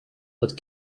but